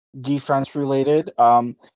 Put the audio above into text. defense-related